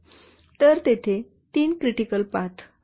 तर तेथे तीन क्रिटिकल पाथ आहेत